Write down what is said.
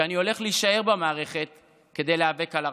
שאני הולך להישאר במערכת כדי להיאבק על ערכיי.